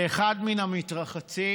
באחד מן המתרחצים.